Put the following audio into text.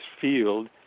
field